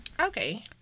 Okay